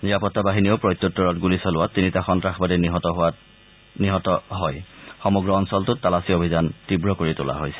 নিৰাপতা বাহিনীয়েও প্ৰত্যুত্তৰত গুলী চলোৱাত তিনিটা সন্তাসবাদী নিহত হোৱাত সমগ্ৰ অঞ্চলটোত তালাচী অভিযান তীৱ কৰি তোলা হৈছে